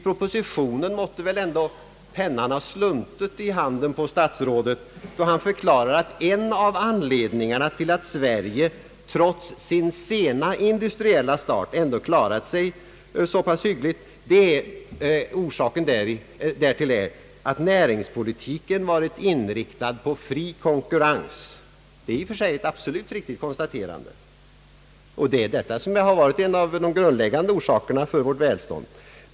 Pennan måste väl ändå ha sluntit i handen på statsrådet när han i propositionen förklarar att en av anledningarna till att Sverige trots sin sena industriella start ändå klarat sig så pass hyggligt är att näringspolitiken varit inriktad på fri konkurrens. Det är i och för sig ett absolut riktigt konstaterande. Detta har varit en av de grundläggande orsakerna till vårt välstånd.